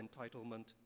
entitlement